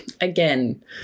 again